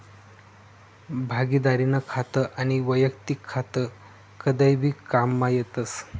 भागिदारीनं खातं आनी वैयक्तिक खातं कदय भी काममा येतस